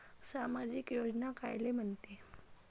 सामाजिक योजना कायले म्हंते?